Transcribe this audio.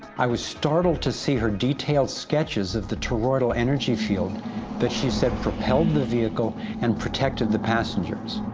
i was startled to see her detailed sketches of the toroidal energy field that she said propelled the vehicle and protected the passengers.